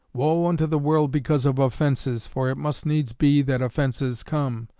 woe unto the world because of offenses, for it must needs be that offenses come,